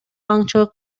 аңчылык